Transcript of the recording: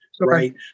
right